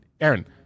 Aaron